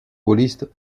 gaulliste